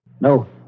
No